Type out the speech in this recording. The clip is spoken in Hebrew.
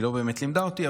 היא לא באמת לימדה אותי,